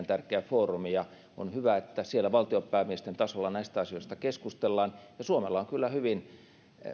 tärkeä foorumi ja on hyvä että siellä valtionpäämiesten tasolla näistä asioista keskustellaan suomella on kyllä hyvin